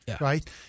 right